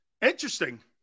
Interesting